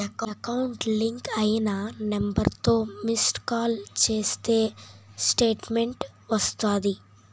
account link అయిన నెంబర్తో missed call ఇస్తే స్టేట్మెంటు వస్తాది